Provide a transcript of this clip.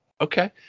Okay